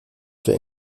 für